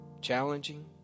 challenging